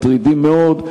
מטרידים מאוד,